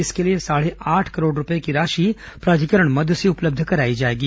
इसके लिए साढ़े आठ करोड़ रूपये की राशि प्राधिकरण मद से उपलब्ध कराई जाएगी